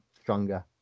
stronger